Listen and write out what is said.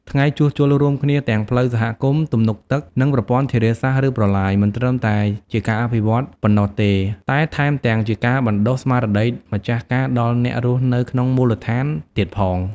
ថ្ងៃជួសជុលរួមគ្នាទាំងផ្លូវសហគមន៍ ទំនប់ទឹក និងប្រព័ន្ធធារាសាស្ត្រ ឬ ប្រឡាយ មិនត្រឹមតែជាការងារអភិវឌ្ឍន៍ប៉ុណ្ណោះទេ តែថែមទាំងជាការបណ្ដុះស្មារតីម្ចាស់ការដល់អ្នករស់នៅក្នុងមូលដ្ឋានទៀតផង។